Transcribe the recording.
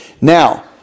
Now